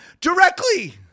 directly